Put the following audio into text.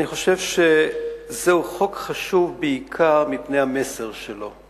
אני חושב שזהו חוק חשוב בעיקר מפני המסר שלו.